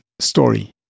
story